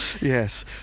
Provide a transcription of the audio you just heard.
Yes